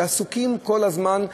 שעסוקים כל הזמן,